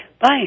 Bye